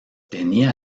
tenía